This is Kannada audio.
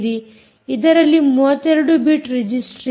ಇದರಲ್ಲಿ 32 ಬಿಟ್ ರಿಜಿಸ್ಟರ್ ಇದೆ